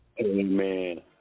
Amen